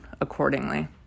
accordingly